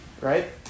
Right